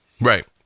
Right